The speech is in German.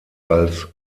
als